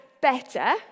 better